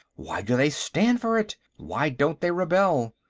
why do they stand for it? why don't they rebel?